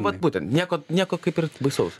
vat būtent nieko nieko kaip ir baisaus